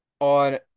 On